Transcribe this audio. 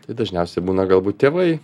tai dažniausiai būna galbūt tėvai